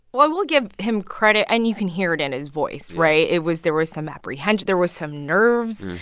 will will give him credit, and you can hear it in his voice, right? it was there was some apprehension, there was some nerves.